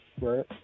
right